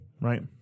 right